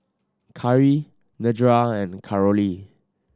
Cari Nedra and Carolee